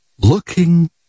looking